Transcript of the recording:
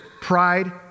Pride